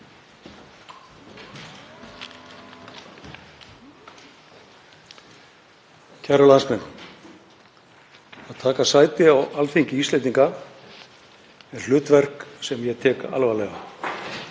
Kæru landsmenn. Að taka sæti á Alþingi Íslendinga er hlutverk sem ég tek alvarlega